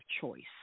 choice